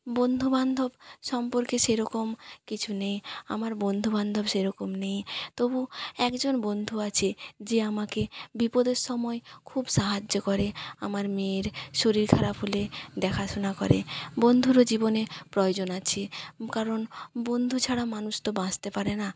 বন্ধুবান্ধব সম্পর্কে সেরকম কিছু নেই আমার বন্ধু বান্ধব সেরকম নেই তবু একজন বন্ধু আছে যে আমাকে বিপদের সময় খুব সাহায্য করে আমার মেয়ের শরীর খারাপ হলে দেখাশুনা করে বন্ধুরও জীবনে প্রয়োজন আছে কারণ বন্ধু ছাড়া মানুষ তো বাঁচতে পারে না